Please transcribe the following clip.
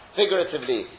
figuratively